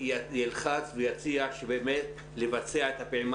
גם בעומס שלכם וגם בחוסר יכולת של אנשים להשיג את הביטוח הלאומי,